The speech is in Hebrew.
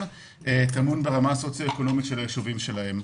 טמון ברמה סוציו-אקונומית של היישובים שלהם.